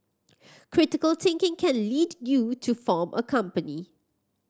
critical thinking can lead you to form a company